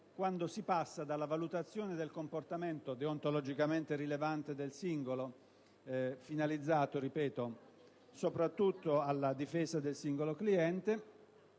quando si passa dalla valutazione del comportamento deontologicamente rilevante del singolo, finalizzato - ripeto -soprattutto alla difesa del singolo cliente,